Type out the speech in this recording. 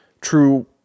true